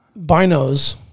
binos